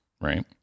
right